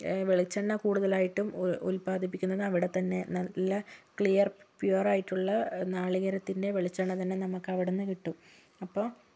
വെളിച്ചെണ്ണ കൂടുതലായിട്ടും ഉൽ ഉത്പാദിപ്പിക്കുന്നത് അവിടെത്തന്നെ നല്ല ക്ലിയർ പ്യുവർ ആയിട്ടുള്ള നാളികേരത്തിൻ്റെ വെളിച്ചെണ്ണ തന്നെ നമുക്കവിടുന്ന് കിട്ടും അപ്പോൾ